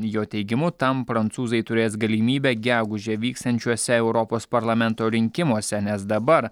jo teigimu tam prancūzai turės galimybę gegužę vyksiančiuose europos parlamento rinkimuose nes dabar